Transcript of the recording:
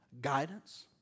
guidance